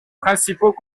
principaux